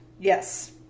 Yes